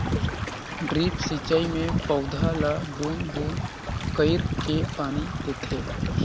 drip सिंचई मे पउधा ल बूंद बूंद कईर के पानी देथे